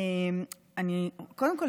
קודם כול,